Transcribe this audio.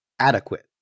adequate